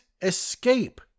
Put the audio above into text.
escape